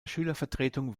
schülervertretung